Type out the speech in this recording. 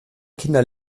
kinder